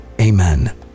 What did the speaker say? Amen